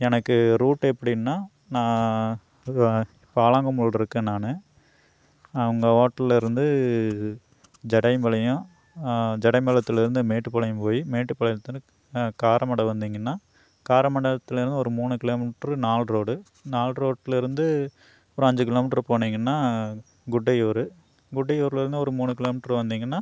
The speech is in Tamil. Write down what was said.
எனக்கு ரூட் எப்படின்னா நான் இப்போ ஆலங்கம்புலயிருக்கேன் நான் அவங்க ஓட்டலில் இருந்து ஜடயம் பாளையம் ஜடயம் பாளையத்துலேருந்து மேட்டுப்பாளையம் போய் மேட்டுப் பாளையத்துலேருந்து காரமடை வந்தீங்கனால் காரமடைத்துலேந்து ஒரு மூணு கிலோ மீட்ரு நாலு ரோடு நாலு ரோட்டில் இருந்து ஒரு அஞ்சு கிலோ மீட்ரு போனீங்கனால் குட்டையூர் குட்டையூர்லேருந்து ஒரு மூணு கிலோ மீட்ரு வந்தீங்கனால்